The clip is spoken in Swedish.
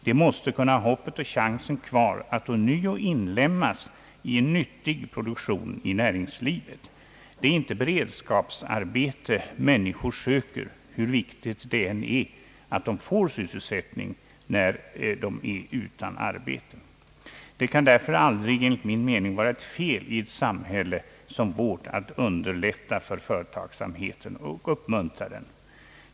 De måste kunna ha hoppet och chansen kvar att ånyo inlemmas i en nyttig produktion i näringslivet. Det är inte beredskapsarbete människor söker, hur viktigt det än är att de får sysselsättning när de är utan arbete. Det kan därför, enligt min mening, aldrig vara ett fel i ett samhälle som vårt att underlätta för företagsamheten och uppmuntra den.